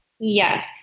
Yes